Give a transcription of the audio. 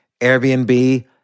Airbnb